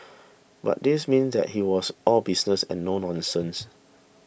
but this mean that he was all business and no nonsense